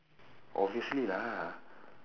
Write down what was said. obviously lah